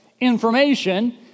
information